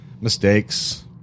Mistakes